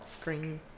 screen